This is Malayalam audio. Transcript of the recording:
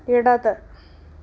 ഇടത്